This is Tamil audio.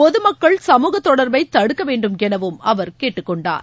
பொதுமக்கள் சமூக தொடர்பைதடுக்கவேண்டும் எனஅவர் கேட்டுக்கொண்டார்